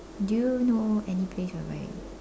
do you know any place whereby